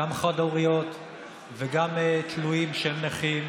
גם חד-הוריות וגם תלויים שהם נכים,